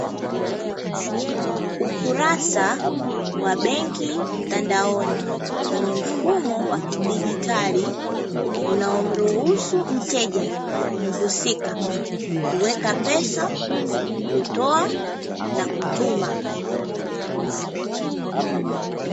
Ukurasa wa benki mtandaoni, wenye mfumo wa kidigitali unao mruhusu mteja muhusika, kuweka pesa, kutoa na kutuma.